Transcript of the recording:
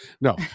No